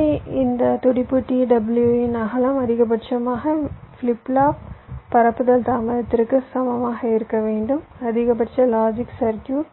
எனவே இந்த துடிப்பு t w இன் அகலம் அதிகபட்சமாக ஃபிளிப் ஃப்ளாப் பரப்புதல் தாமதத்திற்கு சமமாக இருக்க வேண்டும் அதிகபட்ச லாஜிக் சர்க்யூட்